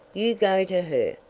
you go to her.